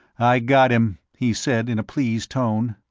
i got him, he said, in a pleased tone.